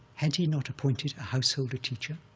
had he not appointed a householder teacher,